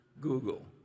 Google